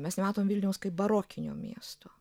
mes nematom vilniaus kaip barokinio miesto